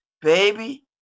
baby